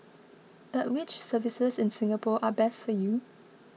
but which services in Singapore are best for you